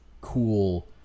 cool